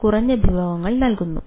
കുറഞ്ഞ വിഭവങ്ങൾ നൽകുന്നു